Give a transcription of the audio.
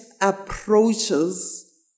approaches